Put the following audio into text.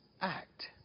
act